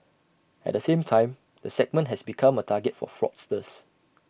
at the same time the segment has become A target for fraudsters